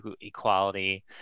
equality